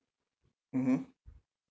mmhmm